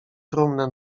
trumnę